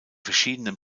verschiedenen